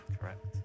Correct